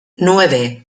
nueve